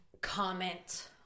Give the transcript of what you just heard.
comment